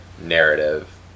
narrative